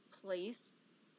place